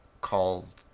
called